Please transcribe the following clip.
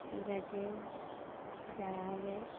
ঠিক আছে যাওয়া হবে